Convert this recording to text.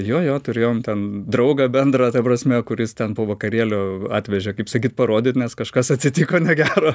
jo jo turėjom ten draugą bendrą ta prasme kuris ten po vakarėlio atvežė kaip sakyt parodyt nes kažkas atsitiko negero